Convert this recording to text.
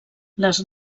les